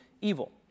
evil